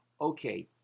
Okay